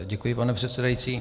Děkuji, pane předsedající.